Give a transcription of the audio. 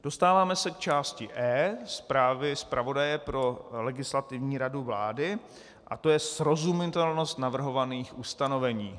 Dostáváme se k části E zprávy zpravodaje pro Legislativní radu vlády a to je srozumitelnost navrhovaných ustanovení.